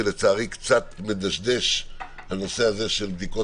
שלצערי קצת מדשדש בבדיקות